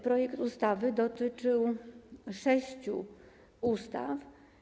Projekt ustawy dotyczył sześciu ustaw.